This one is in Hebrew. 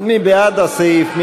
מי בעד הסעיף?